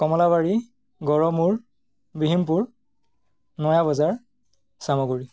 Kamalabari Garmur Bihimpur Naya Bazar Chamaguri